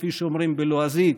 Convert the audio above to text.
כפי שאומרים בלועזית,